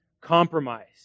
compromise